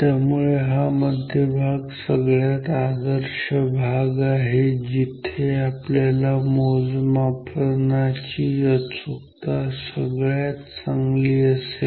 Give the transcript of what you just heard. त्यामुळे हा मध्यभाग सगळ्यात आदर्श भाग आहे जिथे आपल्या मोजमापनाची अचूकता सगळ्यात चांगली असेल